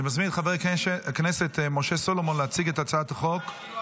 אני מזמין את חבר הכנסת משה סולומון להציג את הצעת החוק.